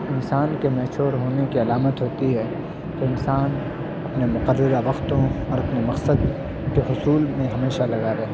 انسان کے میچور ہونے کی علامت ہوتی ہے کہ انسان اپنے مقررہ وقتوں اور اپنے مقصد کے حصول میں ہمیشہ لگا رہے